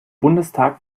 bundestag